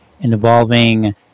involving